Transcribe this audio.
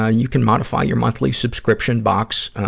ah you can modify your monthly subscription box,